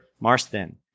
Marston